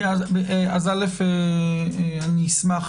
אשמח.